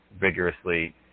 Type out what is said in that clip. vigorously